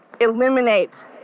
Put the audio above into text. eliminate